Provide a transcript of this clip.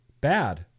bad